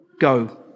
go